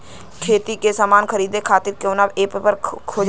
खेती के समान खरीदे खातिर कवना ऐपपर खोजे के पड़ी?